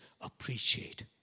appreciate